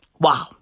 Wow